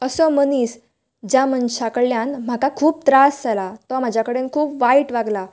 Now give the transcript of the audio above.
असो मनीस ज्या मनशा कडल्यान म्हाका खूब त्रास जाला तो म्हाज्या कडेन खूब वायट वागला